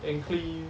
and clean